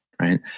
Right